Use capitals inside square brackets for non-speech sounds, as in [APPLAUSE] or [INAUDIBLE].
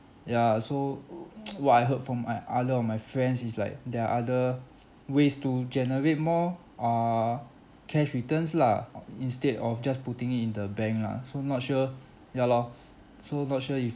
ya so uh [NOISE] what I heard from my other of my friends it's like there are other ways to generate more err cash returns lah uh instead of just putting it in the bank lah so not sure ya lor so not sure if